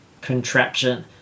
contraption